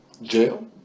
Jail